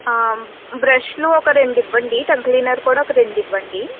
బ్రష్లు ఒక రెండివ్వండి టంగ్ క్లీనర్ కూడా ఒక రెండివ్వండి